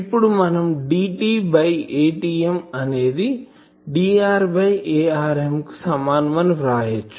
ఇప్పుడు మనం Dt by Atm అనేది Dr బై Armకు సమానం అని వ్రాయచ్చు